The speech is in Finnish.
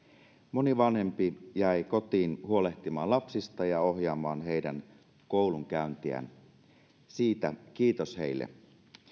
moni vanhempi jäi kotiin huolehtimaan lapsista ja ohjaamaan heidän koulunkäyntiään siitä kiitos heille